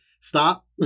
stop